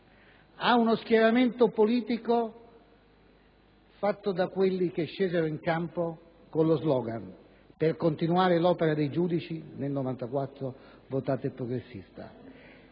ad uno schieramento politico fatto da quelli che scesero in campo con lo *slogan*: per continuare l'opera dei giudici nel 1994 votate il progressista.